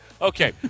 Okay